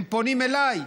הם פונים אליי,